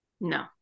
no